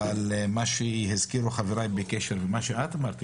אבל מה שהזכירו חבריי בקשר למה שאת אמרת,